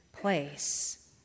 place